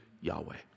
Yahweh